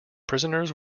prisoners